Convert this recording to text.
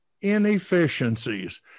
inefficiencies